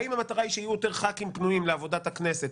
האם המטרה שיהיו יותר חברי כנסת פנויים לעבודת הכנסת?